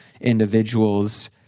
individuals